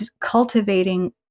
cultivating